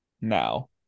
now